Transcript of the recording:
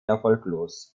erfolglos